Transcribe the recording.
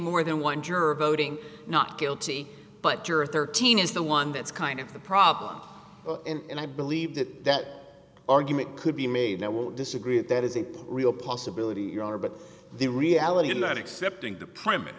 more than one juror voting not guilty but juror thirteen is the one that's kind of the problem and i believe that that argument could be made i won't disagree that that is a real possibility your honor but the reality of not accepting the premise